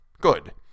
Good